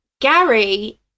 gary